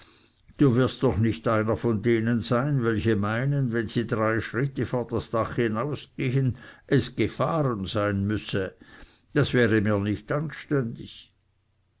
du wirst doch nicht einer von denen sein welche meinen daß wenn sie drei schritte vor das dach hinausgehen es gefahren sein müsse das wäre mir nicht anständig